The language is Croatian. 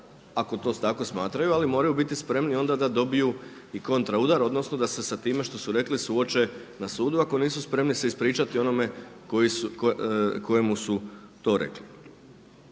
ako to tako smatraju, ali moraju biti spremni onda da dobiju i kontra udar odnosno da se sa time što su rekli suoče na sudu ako nisu spremni se ispričati onome kojemu su to rekli.